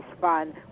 fun